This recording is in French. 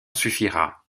suffira